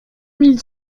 mille